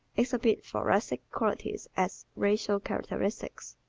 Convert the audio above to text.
exhibit thoracic qualities as racial characteristics.